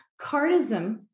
cardism